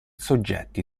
soggetti